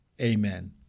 Amen